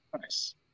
Nice